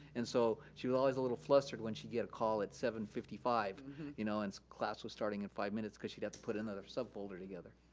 and so she was always a little flustered when she'd get a call at seven fifty five you know and some class was starting in five minutes because she'd have to put another sub folder together.